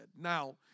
Now